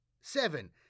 Seven